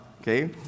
okay